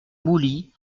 mouly